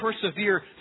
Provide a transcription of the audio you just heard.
persevere